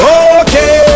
okay